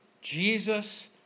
Jesus